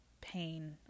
pain